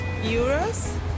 euros